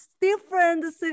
different